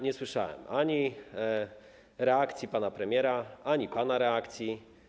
Nie słyszałem ani reakcji pana premiera, ani pana reakcji.